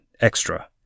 extra